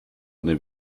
eine